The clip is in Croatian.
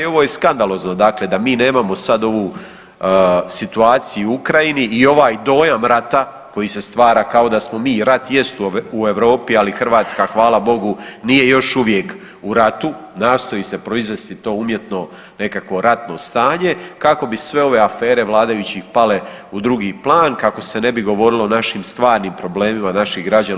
I ovo je skandalozno, dakle da mi nemamo sad ovu situaciju u Ukrajini i ovaj dojam rata koji se stvara kao da smo mi, rat jest u Europi, ali Hrvatska hvala Bogu nije još uvijek u ratu, nastoji se proizvesti to umjetno nekakvo ratno stanje kako bi sve ove afere vladajućih pale u drugi plan, kako se ne bi govorilo o našim stvarnim problemima, naših građana.